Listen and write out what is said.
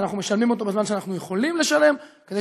אנחנו משלמים אותו בזמן שאנחנו יכולים לשלם כדי